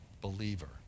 believer